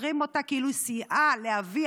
כשחוקרים אותה כאילו היא סייעה לאביה,